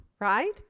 right